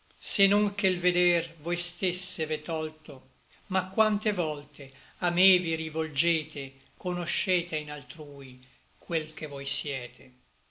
se non che l veder voi stesse v'è tolto ma quante volte a me vi rivolgete conoscete in altrui quel che voi siete